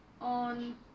on